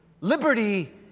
liberty